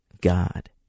God